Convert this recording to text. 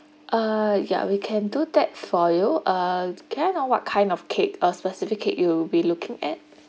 uh yeah we can do that for you uh can I know what kind of cake uh specific cake you'll be looking at